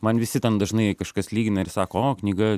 man visi ten dažnai kažkas lygina ir sako o knyga